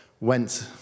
went